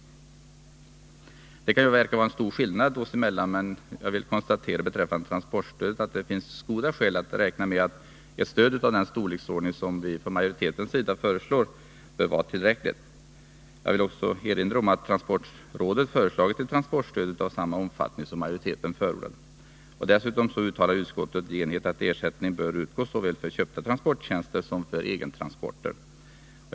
Det kan förefalla vara en stor skillnad, men jag vill beträffande transportstödet konstatera att det finns goda skäl att räkna med att ett stöd av den storleksordning som utskottsmajoriteten föreslår är tillräckligt. Jag vill också erinra om att transportrådet föreslagit ett transportstöd av samma omfattning som det utskottsmajoriteten förordar. Dessutom uttalar utskottet i enighet att ersättning bör utgå såväl för köpta transporttjänster som för egentransporter.